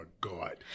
God